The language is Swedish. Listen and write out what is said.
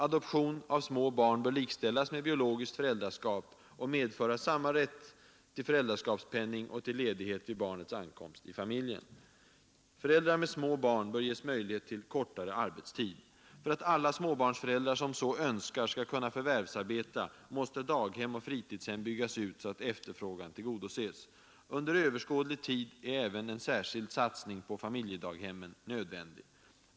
Adoption av små barn bör likställas med biologiskt föräldraskap och medföra samma rätt till föräldraskapspenning och till ledighet vid barnets ankomst i familjen.” ”Föräldrar med små barn bör ges möjlighet till kortare arbetstid. För att alla småbarnsföräldrar som så önskar skall kunna förvärvsarbeta måste daghem och fritidshem byggas ut så att efterfrågan tillgodoses. Under överskådlig tid är även en särskild satsning på familjedaghemmen nödvändig.